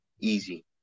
easy